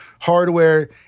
hardware